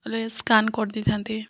ହେଲେ ସ୍କାନ କରିଦେଇଥାନ୍ତି